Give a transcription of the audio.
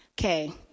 okay